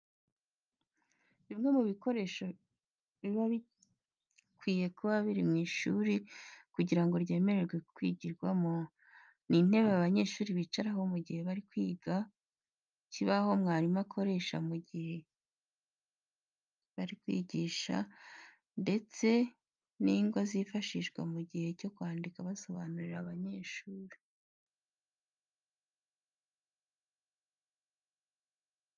Bimwe mu bikoresho biba bikwiye kuba biri mu ishuri kugira ngo ryemererwe kwigirwamo, ni intebe abanyeshuri bicaraho mu gihe bari kwiga, ikibaho abarimu bakoresha mu gihe bari kwigisha, ndetse n'ingwa zifashishwa mu gihe cyo kwandika basobanurira abanyeshuri.